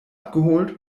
abgeholt